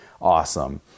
awesome